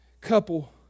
couple